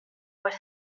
was